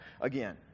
again